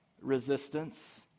resistance